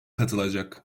katılacak